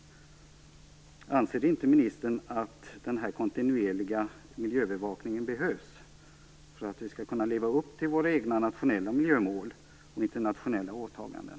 Anser inte ministern att den kontinuerliga miljöbevakningen behövs för att vi skall kunna leva upp till våra egna nationella miljömål och våra internationella åtaganden?